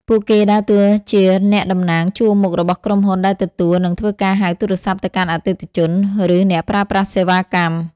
ពួកគេដើរតួជាអ្នកតំណាងជួរមុខរបស់ក្រុមហ៊ុនដែលទទួល និងធ្វើការហៅទូរស័ព្ទទៅកាន់អតិថិជន ឬអ្នកប្រើប្រាស់សេវាកម្ម។